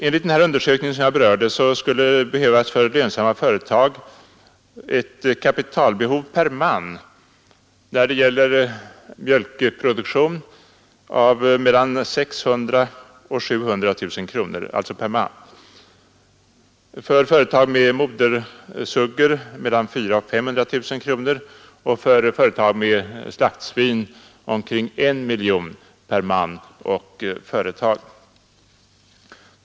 Enligt den undersökningen skulle för lönsamma företag kapitalbehovet per man och företag när det gäller mjölkproduktion vara mellan 600 000 och 700 000 kronor, för företag med modersuggor mellan 400 000 och 500 000 kronor och för företag med slaktsvin omkring 1 miljon kronor.